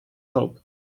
hope